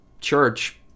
church